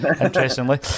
interestingly